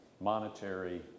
monetary